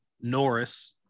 Norris